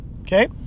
okay